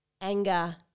...anger